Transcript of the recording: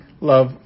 love